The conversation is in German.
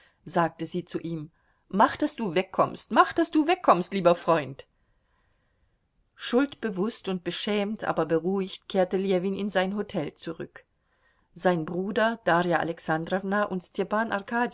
sagte sie zu ihm mach daß du wegkommst mach daß du wegkommst lieber freund schuldbewußt und beschämt aber beruhigt kehrte ljewin in sein hotel zurück sein bruder darja alexandrowna und stepan